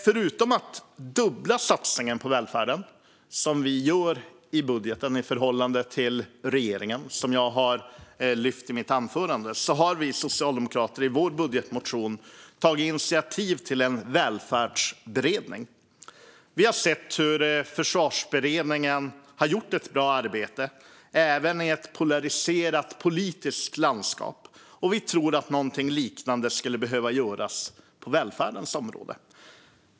Förutom att dubbla satsningen på välfärden, som vi gör i budgeten i förhållande till regeringen och som jag lyfte upp i mitt anförande, har vi socialdemokrater i vår budgetmotion tagit initiativ till en välfärdsberedning. Vi har sett hur Försvarsberedningen har gjort ett bra arbete, även i ett polariserat politiskt landskap, och vi tror att något liknande skulle behövas på välfärdens område.